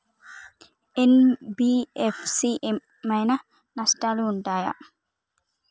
NBFC ఏమైనా నష్టాలు ఉంటయా?